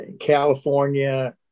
California